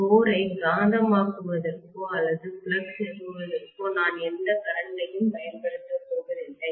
கோரை காந்தமாக்குவதற்கோ அல்லது ஃப்ளக்ஸ் நிறுவுவதற்கோ நான் எந்த கரண்ட் யும் பயன்படுத்தப் போவதில்லை